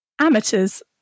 amateurs